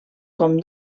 com